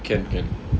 can can